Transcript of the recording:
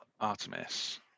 Artemis